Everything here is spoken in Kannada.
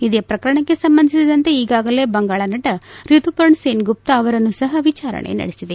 ಇದೇ ಪ್ರಕರಣಕ್ಕೆ ಸಂಬಂಧಿಸಿದಂತೆ ಈಗಾಗಲೇ ಬಂಗಾಳ ನಟ ರಿತುಪರ್ಣ ಸೇನ್ ಗುಪ್ತಾ ಅವರನ್ನು ಸಹ ವಿಚಾರಣೆ ನಡೆಸಿದೆ